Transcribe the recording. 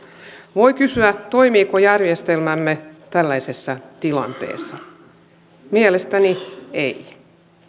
voi kysyä toimiiko järjestelmämme tällaisessa tilanteessa mielestäni ei